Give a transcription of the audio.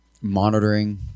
monitoring